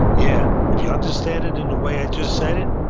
yeah. if you understand it in the way i just said it,